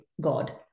God